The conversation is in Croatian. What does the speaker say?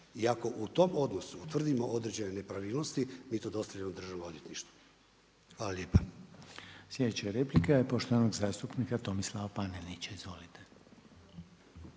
I ako u tom odnosu utvrdimo određene nepravilnosti mi to dostavljamo Državnom odvjetništvu. Hvala lijepa. **Reiner, Željko (HDZ)** Sljedeća replika je poštovanog zastupnika Tomislava Panenića, izvolite.